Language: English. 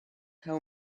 how